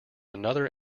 another